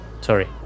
sorry